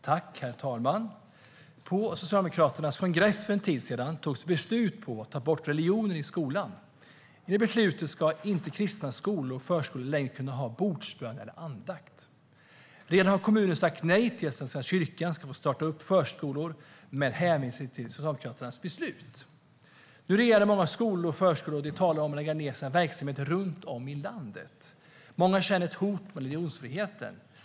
Herr talman! På Socialdemokraternas kongress för en tid sedan togs beslut om att ta bort religionen i skolan. Enligt beslutet ska kristna skolor och förskolor inte längre kunna ha bordsbön eller andakt. Redan har kommuner sagt nej till att Svenska kyrkan ska få starta förskolor med hänvisning till Socialdemokraternas beslut. Nu reagerar många skolor och förskolor och talar om att lägga ned sina verksamheter runt om i landet. Många känner ett hot mot religionsfriheten.